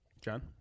John